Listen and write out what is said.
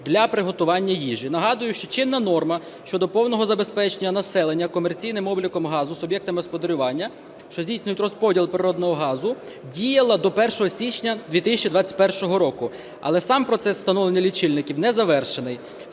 для приготування їжі. Нагадую, що чинна норма щодо повного забезпечення населення комерційним обліком газу суб'єктами господарювання, що здійснюють розподіл природного газу, діяла до 1 січня 2021 року, але сам процес встановлення лічильників не завершений,